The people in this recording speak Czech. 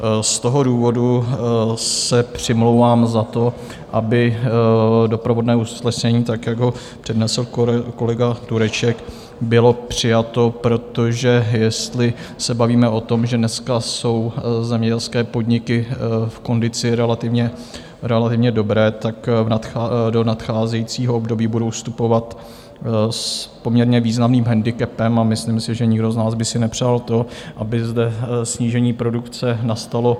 Z toho důvodu se přimlouvám za to, aby doprovodné usnesení tak, jak ho přednesl kolega Tureček, bylo přijato, protože jestli se bavíme o tom, že dneska jsou zemědělské podniky v kondici relativně dobré, tak do nadcházejícího období budou vstupovat s poměrně významným handicapem a myslím si, že nikdo z nás by si nepřál to, aby zde snížení produkce nastalo razantně.